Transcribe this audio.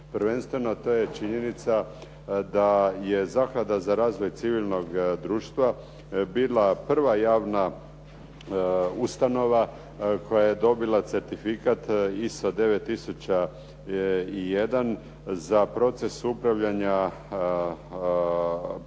Prvenstveno to je činjenica da je Zaklada za razvoj civilnog društva bila prva javna ustanova koja je dobila certifikat i sa 9 tisuća i jedan za proces upravljanja projektima